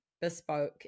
bespoke